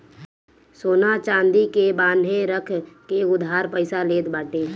सोना चांदी के बान्हे रख के उधार पईसा लेत बाटे